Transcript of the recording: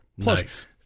Plus